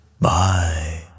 bye